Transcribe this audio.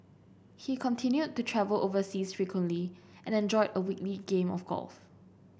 he continued to travel overseas frequently and enjoyed a weekly game of golf